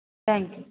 thank you